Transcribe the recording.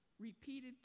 Repeated